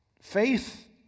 Faith